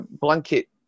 blanket